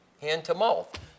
hand-to-mouth